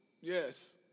Yes